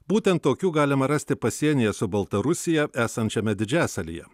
būtent tokių galima rasti pasienyje su baltarusija esančiame didžiasalyje